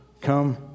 come